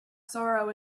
sorrow